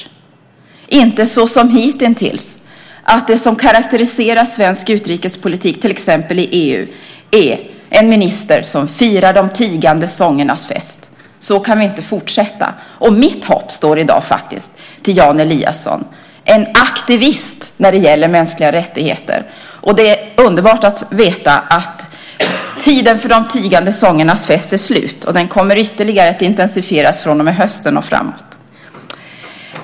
Det får inte vara som hittills, att det som karakteriserar svensk utrikespolitik till exempel i EU är en minister som firar de tigande sångernas fest. Så kan vi inte fortsätta. Mitt hopp står i dag faktiskt till Jan Eliasson, en aktivist när det gäller mänskliga rättigheter. Det är underbart att veta att tiden för de tigande sångernas fest är slut och att arbetet med detta kommer att ytterligare intensifieras från och med hösten och framåt.